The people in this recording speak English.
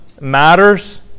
matters